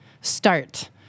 start